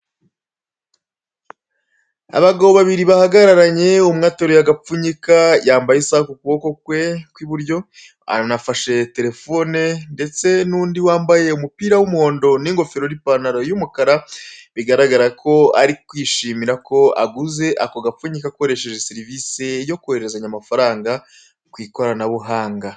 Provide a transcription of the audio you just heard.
Abagabo babiri bahagararanye, umwe ateruye agapfunyika, yambaye isaha ku kuboko kwe kw'iburyo, abafashe telefoni, ndetse n'undi wambaye umupira w'umuhondo n'ingofero, n'ipantaro y'umukara, bigaragara ko ari kwishimira ko aguze ako gapfunyika akoresheje serivisi yo kohererezanya amafarangau ikoranabuhanga.